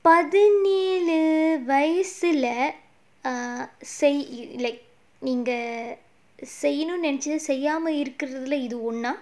பதினேழு வயசுல:pathinelu vayasula err say like செய்யணும்னு நினைச்சதை செய்யாததுல இதுவும் ஒண்ணா:seyyanumnu ninaichathai seyyaathathula idhuvum onnaa